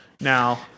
Now